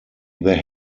there